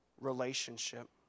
relationship